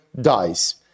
dies